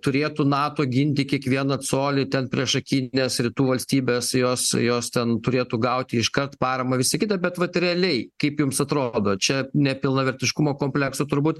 turėtų nato ginti kiekvieną colį ten priešakines rytų valstybes jos jos ten turėtų gauti iškart paramą visi kita bet vat realiai kaip jums atrodo čia nepilnavertiškumo komplekso turbūt